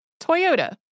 Toyota